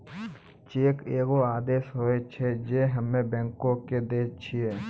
cheque एगो आदेश होय छै जे हम्मे बैंको के दै छिये